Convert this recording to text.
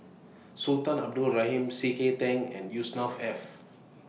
Sultan Abdul Rahman C K Tang and Yusnor Ef